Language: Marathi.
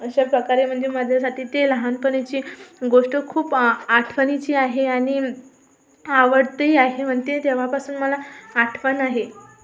अशा प्रकारे म्हणजे माझ्यासाठी ते लहानपणीची गोष्ट खूप आ आठवणीची आहे आणि आवडतेही आहे म्हणते तेव्हापासून मला आठवण आहे